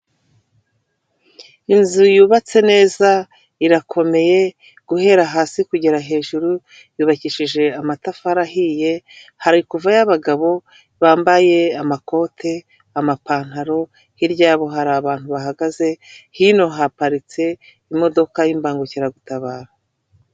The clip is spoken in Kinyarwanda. Ni inzu yubatse neza irakomeye guhera hasi kugera hejuru, yubakishije amatafari ahiye hari kuvayo abagabo bambaye amakoti, amapantaro, hirya yabo hari abantu bahagaze, hino haparitse imodoka y'imbangukiragutabara.